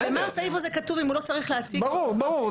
ברור.